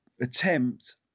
attempt